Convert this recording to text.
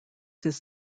his